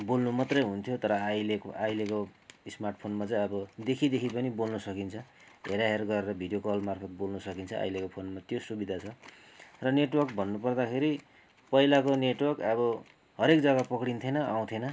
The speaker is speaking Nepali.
बोल्नुमात्र हुन्थ्यो तर अहिलेको अहिलेको स्मार्टफोनमा चाहिँ अब देखी देखी पनि बोल्न सकिन्छ हेराहेर गरेर भिडियो कल मार्फत बोल्न सकिन्छ अहिलेको फोनमा त्यो सुविधा छ र नेटवर्क भन्नु पर्दाखेरि पहिलाको नेटवर्क अब हरेक जग्गा पक्रिने थिएन आउँथेन